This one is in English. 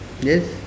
yes